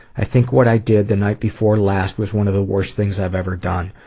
i think what i did the night before last was one of the worst things i've ever done.